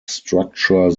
structure